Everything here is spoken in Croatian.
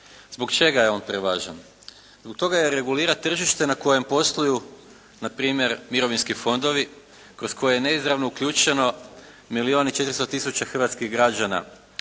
Zbog čega je on prevažan? Zbog toga jer regulira tržište na kojem posluju npr. mirovinski fondovi kroz koje je neizravno uključeno milijun i 400 tisuća hrvatskih građana